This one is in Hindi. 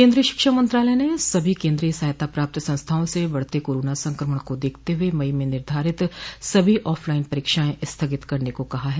केन्द्रीय शिक्षा मंत्रालय ने सभी केन्द्रीय सहायता प्राप्त संस्थाओं से बढ़ते कोरोना संक्रमण को देखते हुए मई में निर्धारित सभी ऑफलाइन परीक्षाएं स्थगित करने को कहा है